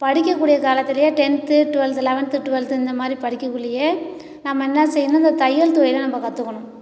படிக்கக் கூடிய காலத்துலயே tenth twelfth eleventh twelfth இந்த மாதிரி படிக்கக்குள்ளேயே நம்ப என்ன செய்யணும் இந்த தையல் தொழிலை நம்ப கற்றுக்கணும்